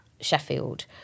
Sheffield